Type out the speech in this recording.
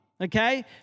Okay